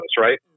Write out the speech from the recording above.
right